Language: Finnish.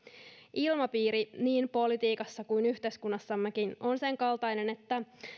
ilmapiiri niin politiikassa kuin yhteiskunnassammekin on sen kaltainen että